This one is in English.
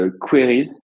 queries